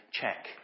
check